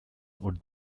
would